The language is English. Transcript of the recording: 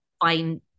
find